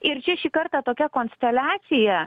ir čia šį kartą tokia konsteliacija